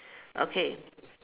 okay